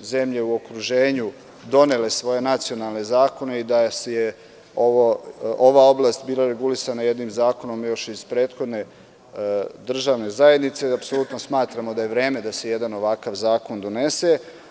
zemlje u okruženju već donele svoje nacionalne zakone i da je ova oblast bila reguli-sana jednim zakonom još iz prethodne državne zajednice, apsolutno smatramo da je vreme da se jedan ovakav zakon donese.